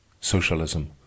socialism